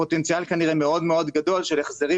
הפוטנציאל כנראה מאוד מאוד גדול של החזרים